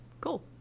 cool